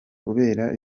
kubera